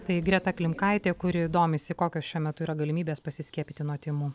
tai greta klimkaitė kuri domisi kokios šiuo metu yra galimybės pasiskiepyti nuo tymų